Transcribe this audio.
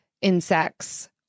insects